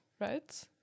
right